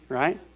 right